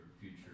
future